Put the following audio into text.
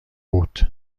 بود